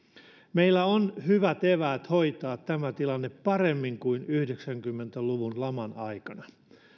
meillä on hyvät eväät hoitaa tämä tilanne paremmin kuin yhdeksänkymmentä luvun laman aikana